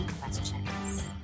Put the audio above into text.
questions